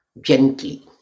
gently